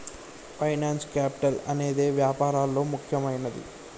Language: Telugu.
ఫైనాన్స్ కేపిటల్ అనేదే వ్యాపారాల్లో ముఖ్యమైనది